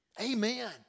Amen